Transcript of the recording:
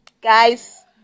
Guys